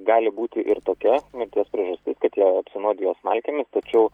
gali būti ir tokia mirties priežastis kad jie apsinuodijo smalkėmis tačiau